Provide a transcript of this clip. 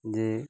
ᱡᱮ